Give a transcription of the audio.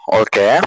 okay